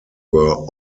were